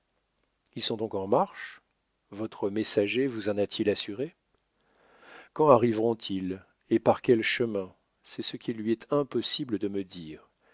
ils sont donc en marche votre messager vous en a-t-il assuré quand arriveront ils et par quel chemin c'est ce qu'il lui est impossible de me dire